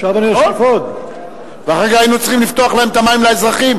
עכשיו אני אוסיף עוד ואחר כך היינו צריכים לפתוח את המים לאזרחים.